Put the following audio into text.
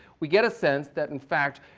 we get a sense that, in fact,